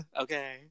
Okay